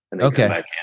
Okay